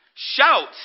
Shout